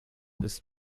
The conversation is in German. ist